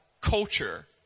culture